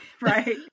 right